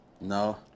No